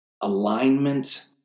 alignment